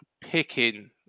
picking